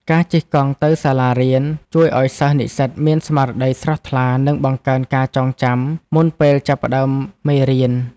ការជិះកង់ទៅសាលារៀន ជួយឱ្យសិស្សនិស្សិតមានស្មារតីស្រស់ថ្លា និងបង្កើនការចងចាំមុនពេលចាប់ផ្ដើមមេរៀន។